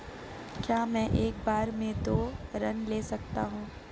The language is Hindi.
क्या मैं एक बार में दो ऋण ले सकता हूँ?